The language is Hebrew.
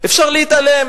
והגשר היה שבור,